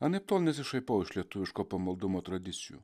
anaiptol nesišaipau iš lietuviško pamaldumo tradicijų